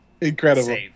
Incredible